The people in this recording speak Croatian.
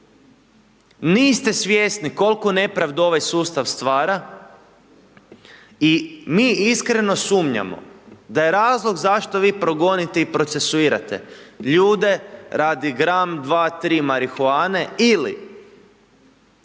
Niste svjesni koliku nepravdu ovaj sustav stvara i mi iskreno sumnjamo da je razlog zašto vi progonite i procesuirate ljude radi gram, dva, tri marihuane ili